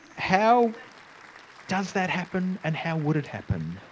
how does that happen, and how would it happen?